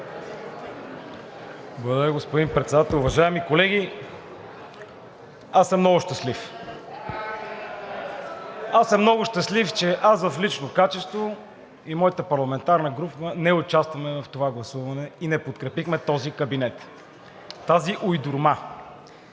Благодаря, господин Председател. Уважаеми колеги, аз съм много щастлив! Аз съм много щастлив, че аз в лично качество и моята парламентарна група не участваме в това гласуване и не подкрепихме този кабинет – тази уйдурма!